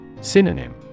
Synonym